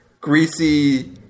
greasy